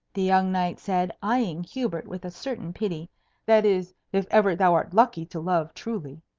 the young knight said, eying hubert with a certain pity that is, if ever thou art lucky to love truly.